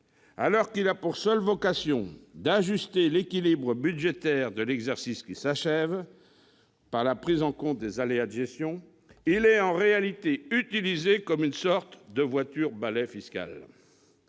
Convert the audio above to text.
dernier a pour seule vocation d'ajuster l'équilibre budgétaire de l'exercice qui s'achève par la prise en compte des aléas de gestion, il est en réalité utilisé comme une sorte de voiture-balai fiscale.